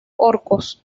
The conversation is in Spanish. orcos